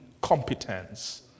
competence